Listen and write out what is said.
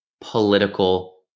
political